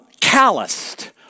calloused